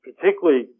particularly